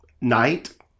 Night